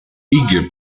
eager